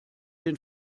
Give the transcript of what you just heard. den